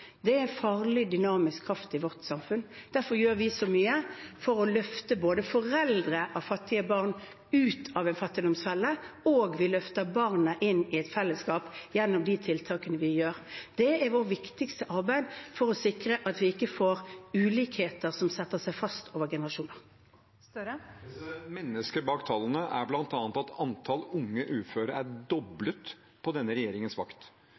Det er en farlig dynamisk kraft i vårt samfunn. Derfor gjør vi så mye for å løfte både foreldre av fattige barn ut av en fattigdomsfelle, og vi løfter barnet inn i et fellesskap gjennom de tiltakene vi gjør. Det er vårt viktigste arbeid for å sikre at vi ikke får ulikheter som setter seg fast over generasjoner. Mennesker bak tallene er bl.a. at antall unge uføre er doblet på denne regjeringens vakt.